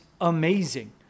amazing